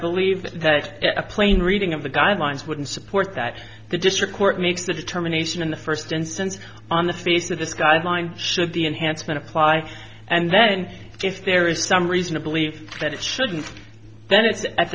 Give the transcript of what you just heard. believe that a plain reading of the guidelines wouldn't support that the district court makes the determination in the first instance on the face of this guideline should the enhancement apply and then if there is some reason to believe that it shouldn't